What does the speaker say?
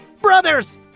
brothers